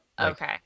okay